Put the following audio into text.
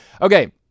Okay